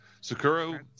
Sakura